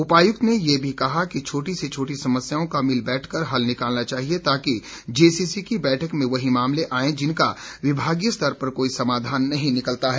उपायुक्त ने ये भी कहा कि छोटी से छोटी समस्याओं का मिल बैठकर हल निकाला जाना चाहिए ताकि जेसीसी की बैठक में वही मामले आएं जिनका विभागीय स्तर पर कोई समाधान नहीं निकलता है